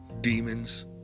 demons